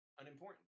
unimportant